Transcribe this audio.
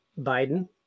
Biden